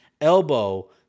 elbow